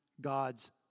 God's